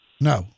No